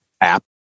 app